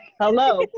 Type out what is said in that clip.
Hello